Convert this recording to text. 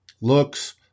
Looks